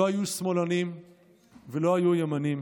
לא היו שמאלנים ולא היו ימנים,